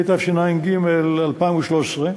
התשע"ג 2013,